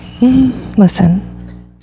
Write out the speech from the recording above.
Listen